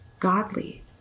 Godly